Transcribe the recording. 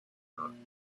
countries